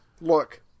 Look